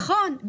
נכון.